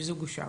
המיזוג אושר.